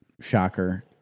Shocker